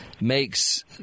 makes